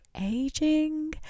aging